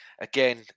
Again